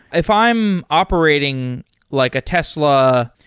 if i'm operating like a tesla,